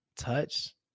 touch